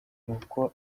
n’uko